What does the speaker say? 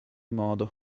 modo